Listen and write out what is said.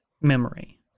memory